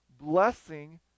blessing